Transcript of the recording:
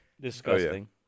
Disgusting